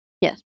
Yes